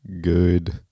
Good